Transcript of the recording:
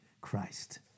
Christ